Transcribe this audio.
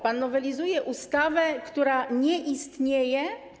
Pan nowelizuje ustawę, która nie istnieje?